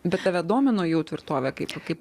bet tave domino jau tvirtovė kaip kaip